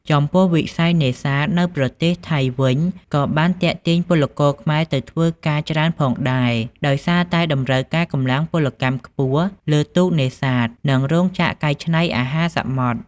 ចំពោះវិស័យនេសាទនៅប្រទេសថៃវិញក៏បានទាក់ទាញពលករខ្មែរទៅធ្វើការច្រើនផងដែរ ដោយសារតែតម្រូវការកម្លាំងពលកម្មខ្ពស់លើទូកនេសាទ និងរោងចក្រកែច្នៃអាហារសមុទ្រ ។